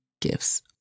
gifts